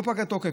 לא פג התוקף,